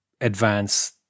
advance